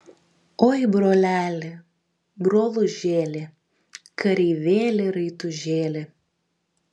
oi broleli brolužėli kareivėli raitužėli